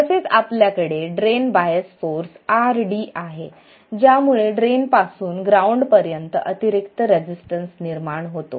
तसेच आपल्याकडे drain bias source RD आहे ज्यामुळे ड्रेनपासून ग्राउंडपर्यंत अतिरिक्त रेसिस्टन्स निर्माण होतो